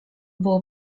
było